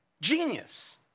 genius